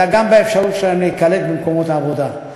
אלא גם באפשרות להם להיקלט במקומות העבודה.